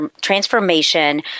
transformation